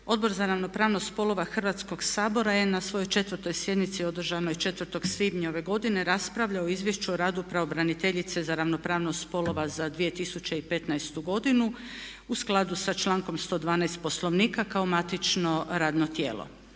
Odbor za ravnopravnost spolova Hrvatskog sabora je na svojoj 4.sjednici održanoj 4. svibnja ove godine raspravljao o Izvješću o radu pravobraniteljice za ravnopravnost spolova za 2015.godinu u skladu sa člankom 112. Poslovnika kao matično radno tijelo.